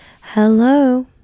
Hello